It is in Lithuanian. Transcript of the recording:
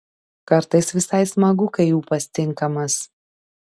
kartais visai smagu kai ūpas tinkamas